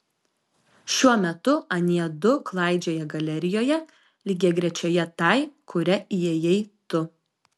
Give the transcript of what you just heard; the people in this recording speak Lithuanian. šiuo metu anie du klaidžioja galerijoje lygiagrečioje tai kuria įėjai tu